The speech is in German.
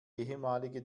ehemalige